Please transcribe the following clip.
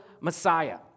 messiah